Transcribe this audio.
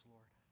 Lord